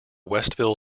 westville